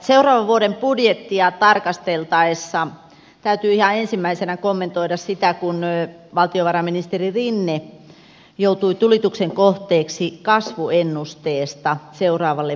seuraavan vuoden budjettia tarkasteltaessa täytyy ihan ensimmäisenä kommentoida sitä kun valtiovarainministeri rinne joutui tulituksen kohteeksi kasvuennusteesta seuraavalle vuodelle